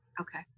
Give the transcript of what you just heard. Okay